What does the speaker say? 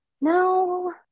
No